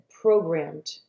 programmed